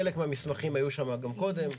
חלק מהמסמכים היו שם גם קודם,